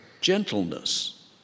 gentleness